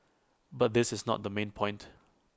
but this is not the main point